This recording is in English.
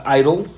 idol